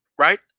right